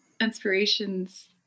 inspirations